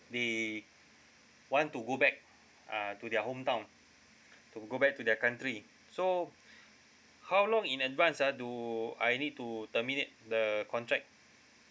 they want to go back uh to their hometown to go back to their country so how long in advance ah do I need to terminate the contract